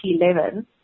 2011